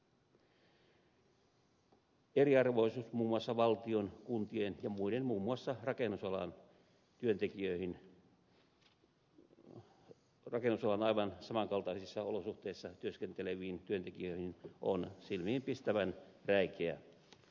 eriarvoisuus muun muassa valtion kuntien ja muiden muun muassa rakennusalan aivan saman kaltaisissa olosuhteissa työskenteleviin työntekijöihin on silmiinpistävän räikeä